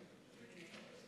תודה רבה, אדוני